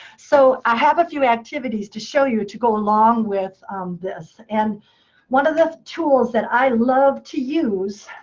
so i have a few activities to show you to go along with this. and one of the tools that i love to use